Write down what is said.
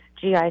GI